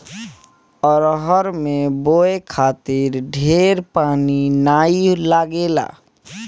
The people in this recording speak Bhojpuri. अरहर के बोए खातिर ढेर पानी नाइ लागेला